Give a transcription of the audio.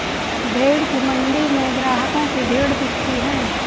भेंड़ की मण्डी में ग्राहकों की भीड़ दिखती है